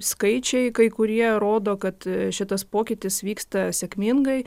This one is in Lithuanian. skaičiai kai kurie rodo kad šitas pokytis vyksta sėkmingai